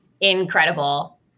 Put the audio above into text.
incredible